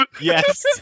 yes